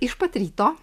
iš pat ryto